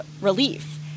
relief